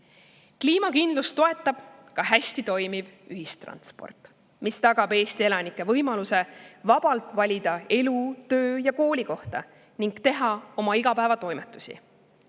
Kliimakindlust toetab ka hästi toimiv ühistransport, mis tagab Eesti elanike võimaluse valida vabalt elu‑, töö‑ ja koolikohta ning teha igapäevatoimetusi.